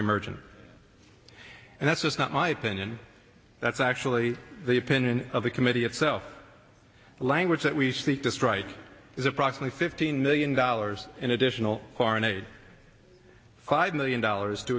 emergency and that's just not my opinion that's actually the opinion of the committee itself the language that we speak the strike is approximately fifteen million dollars in additional foreign aid five million dollars to